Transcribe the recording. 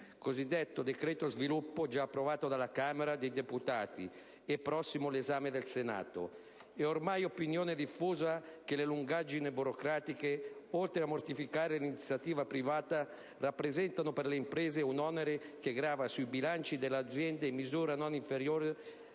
cosiddetto decreto sviluppo, già approvato dalla Camera dei deputati e prossimo all'esame del Senato. È ormai opinione diffusa che le lungaggini burocratiche, oltre a mortificare l'iniziativa privata, rappresentano per le imprese un onere che grava sui bilanci delle aziende in misura non inferiore